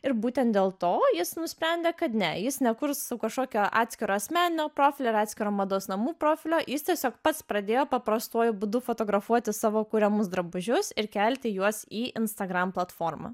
ir būtent dėl to jis nusprendė kad ne jis nekurs sau kažkokio atskiro asmenio profilio ir atskiro mados namų profilio jis tiesiog pats pradėjo paprastuoju būdu fotografuoti savo kuriamus drabužius ir kelti juos į instagram platformą